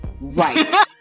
right